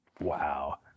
Wow